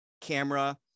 camera